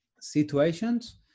situations